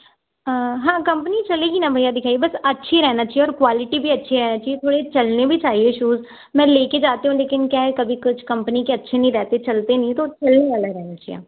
हाँ कंपनी चलेगी न भैया दिखाइए बस अच्छी रहना चाहिए और क्वालिटी भी अच्छी रहना चाहिए थोड़े चलने भी चाहिए शूज़ मैं लेके जाति हूँ लेकिन क्या है कभी कुछ कंपनी के अच्छे नहीं रहते चलते नहीं तो चलने वाला रहना चाहिए